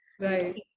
Right